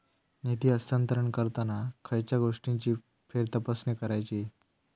निधी हस्तांतरण करताना खयच्या गोष्टींची फेरतपासणी करायची?